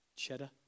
Cheddar